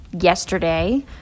yesterday